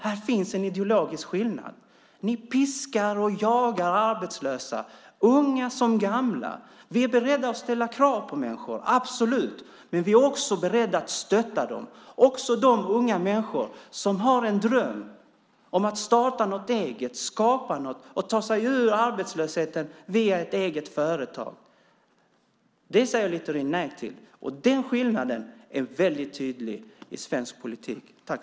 Här finns en ideologisk skillnad. Ni piskar och jagar arbetslösa, unga som gamla. Vi är absolut beredda att ställa krav på människor, men vi är också beredda att stötta dem. Det gäller också de unga människor som har en dröm om att starta något eget, skapa något, att ta sig ur arbetslösheten via ett eget företag. Det säger Littorin nej till. Den skillnaden är tydlig i svensk politik.